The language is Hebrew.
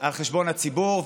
על חשבון הציבור.